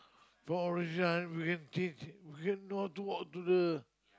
from orange line we can change we can know how to walk to the